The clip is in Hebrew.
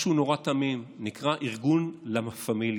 זה משהו נורא תמים שנקרא ארגון לה פמיליה.